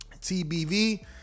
tbv